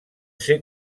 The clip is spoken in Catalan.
ser